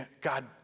God